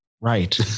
Right